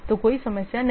तो कोई समस्या नहीं